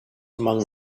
among